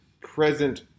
present